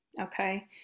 Okay